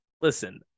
listen